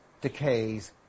decays